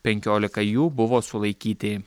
penkiolika jų buvo sulaikyti